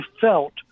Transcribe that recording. felt